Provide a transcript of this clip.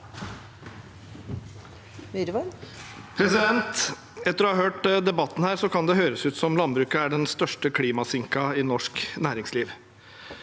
Etter å ha hørt debatten kan det høres ut som landbruket er den største klimasinken i norsk næringsliv.